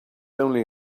only